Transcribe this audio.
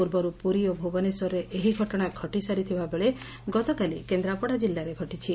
ପୂର୍ବରୁ ପୁରୀ ଓ ଭୁବନେଶ୍ୱରରେ ଏହି ଘଟଶା ଘଟିସାରିଥିବା ବେଳେ ଗତକାଲି କେନ୍ଦ୍ରାପଡ଼ା ଜିଲ୍ଲାରେ ଘଟିଛି